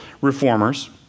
reformers